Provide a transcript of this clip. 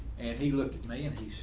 and he looked at me and he